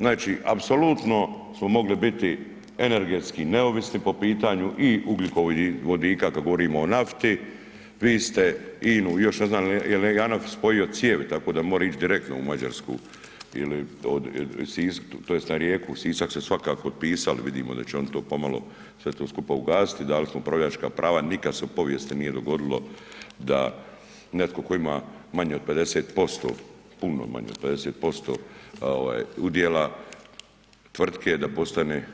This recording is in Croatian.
Znači apsolutno smo mogli biti energetski neovisni po pitanju i ugljikovodika kad govorimo o nafti, vi ste INA-u. još ne znam je li JANAF spojio cijevi tako može ići direktno u Mađarsku ili tj. na rijeku, Sisak ste svakako otpisali, vidimo da će oni to pomalo sve to skupa ugasiti, dali smo upravljačka prava, nikad se u povijesti nije dogodilo da netko tko ima manje od 50%, puno manje od 50% udjela tvrtke